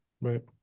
right